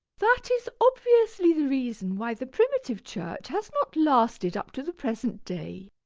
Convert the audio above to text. that is obviously the reason why the primitive church has not lasted up to the present day.